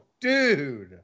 dude